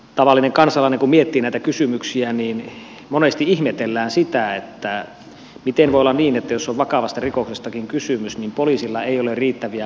tavallinen kansalainen kun miettii näitä kysymyksiä niin monesti ihmettelee sitä miten voi olla niin että jos on vakavastakin rikoksesta kysymys niin poliisilla ei ole riittäviä valtuuksia